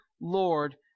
Lord